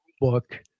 book